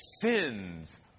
sins